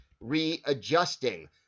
readjusting